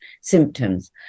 symptoms